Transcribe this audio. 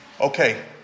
Okay